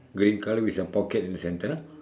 green colour with a pocket in the centre